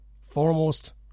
foremost